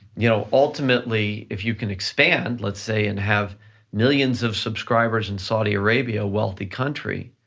you know ultimately, if you can expand, let's say, and have millions of subscribers in saudi arabia, a wealthy country,